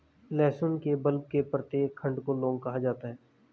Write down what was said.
लहसुन के बल्ब के प्रत्येक खंड को लौंग कहा जाता है